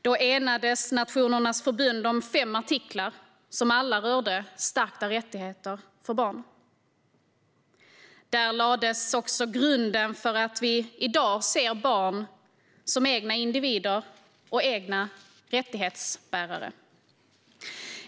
Då enades Nationernas förbund om fem artiklar som alla rörde stärkta rättigheter för barn. Där lades också grunden för att vi i dag ser barn som egna individer och egna rättighetsbärare.